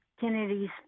Kennedy's